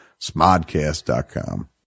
smodcast.com